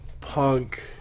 Punk